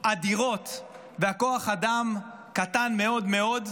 אדירות וכוח האדם קטן מאוד מאוד.